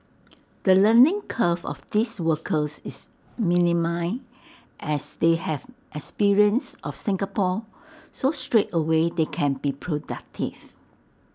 the learning curve of these workers is minimal as they have experience of Singapore so straightaway they can be productive